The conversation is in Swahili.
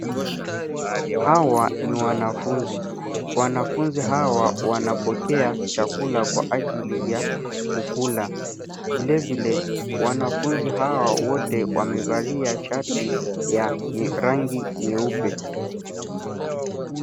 Hawa ni wanafunzi, wanafunzi hawa wanapokea chakula kwa ajili ya kukula. Vilevile, wanafunzi hawa wote wamevalia shati ya nye, rangi nyeupe.